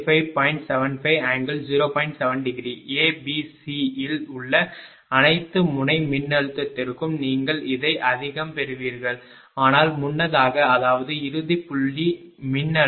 7° A B C இல் உள்ள அனைத்து முனை மின்னழுத்தத்திற்கும் நீங்கள் இதை அதிகம் பெறுவீர்கள் ஆனால் முன்னதாக அதாவது இறுதிப் புள்ளி மின்னழுத்தம் 225